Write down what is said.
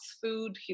food